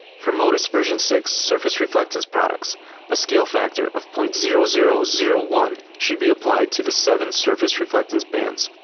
for modis version six surface reflectance products a scale factor of zero point zero zero zero one should be applied to the seven surface reflectance bands,